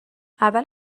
اول